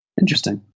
Interesting